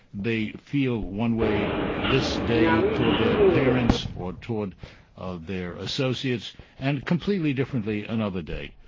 they feel one way this day toward their parents or toward ah their associates and completely differently another day.